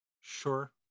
sure